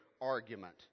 argument